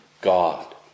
God